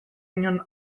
inon